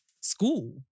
school